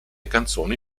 canzoni